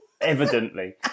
Evidently